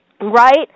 Right